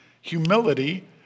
humility